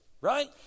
right